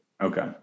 okay